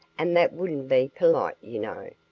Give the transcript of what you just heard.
and that wouldn't be polite, you know.